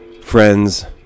friends